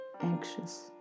anxious